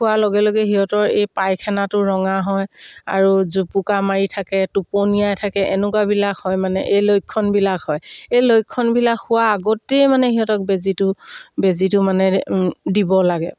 খোৱাৰ লগে লগে সিহঁতৰ এই পায়খানাটো ৰঙা হয় আৰু জুপুকা মাৰি থাকে টোপনিয়াই থাকে এনেকুৱাবিলাক হয় মানে এই লক্ষণবিলাক হয় এই লক্ষণবিলাক হোৱা আগতেই মানে সিহঁতক বেজীটো বেজীটো মানে দিব লাগে